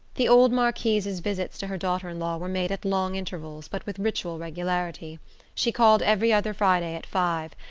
the old marquise's visits to her daughter-in-law were made at long intervals but with ritual regularity she called every other friday at five,